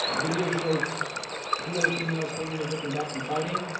video showed a few other females holding the victim back from fighting.